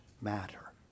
matter